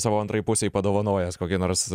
savo antrai pusei padovanojęs kokią nors